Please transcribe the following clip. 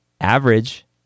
Average